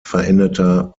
veränderter